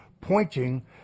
pointing